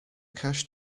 cash